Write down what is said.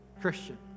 Christian